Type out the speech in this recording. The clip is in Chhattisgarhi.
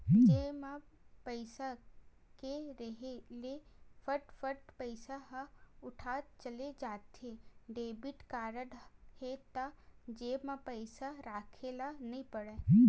जेब म पइसा के रेहे ले फट फट पइसा ह उठत चले जाथे, डेबिट कारड हे त जेब म पइसा राखे ल नइ परय